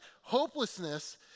hopelessness